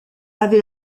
avait